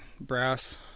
brass